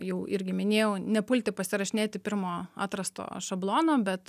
jau irgi minėjau nepulti pasirašinėti pirmo atrasto šablono bet